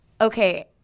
Okay